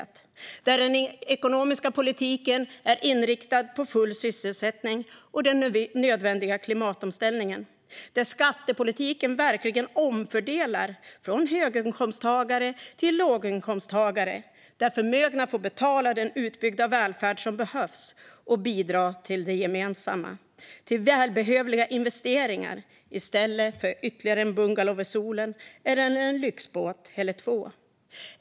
Ett samhälle där den ekonomiska politiken är inriktad på full sysselsättning och den nödvändiga klimatomställningen. Ett samhälle där skattepolitiken verkligen omfördelar från höginkomsttagare till låginkomsttagare och där förmögna får betala den utbyggda välfärd som behövs och bidra till gemensamma välbehövliga investeringar i stället för att köpa ytterligare en bungalow i solen eller en lyxbåt eller två.